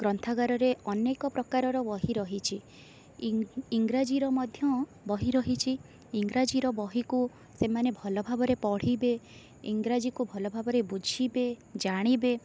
ଗ୍ରନ୍ଥାଗାରରେ ଅନେକ ପ୍ରକାରର ବହି ରହିଛି ଇଂରାଜୀର ମଧ୍ୟ ବହି ରହିଛି ଇଂରାଜୀର ବହିକୁ ସେମାନେ ଭଲ ଭାବରେ ପଢ଼ିବେ ଇଂରାଜୀକୁ ଭଲ ଭାବରେ ବୁଝିବେ ଜାଣିବେ